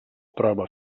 prova